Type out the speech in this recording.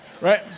Right